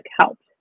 helped